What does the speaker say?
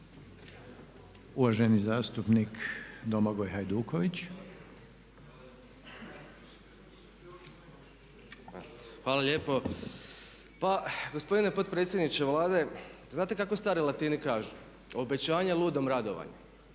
**Hajduković, Domagoj (SDP)** Hvala lijepo. Gospodine potpredsjedniče Vlade, znate kako stari Latini kažu? Obećanje ludom radovanje.